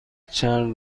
چند